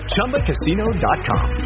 Chumbacasino.com